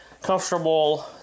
Comfortable